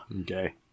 okay